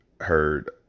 heard